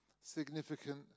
significant